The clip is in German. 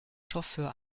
chauffeur